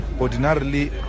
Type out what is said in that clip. ordinarily